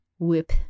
whip